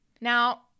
Now